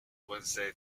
wednesday